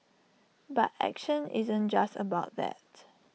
but action isn't just about that